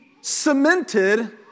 cemented